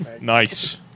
Nice